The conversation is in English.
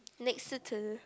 next